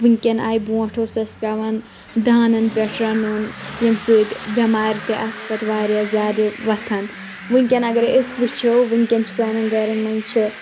وٕنٛکؠن آے برٛونٛٹھ اوس اسہِ پؠوان دانَن پؠٹھ رَنُن ییٚمہِ سٟتۍ بؠمارِ تہِ آسہٕ پَتہٕ واریاہ زِیادٕ وۄتھان وٕنکؠن اگرے أسۍ وٕچھو وٕنٛکؠن سانؠن گَرَن منٛز چھ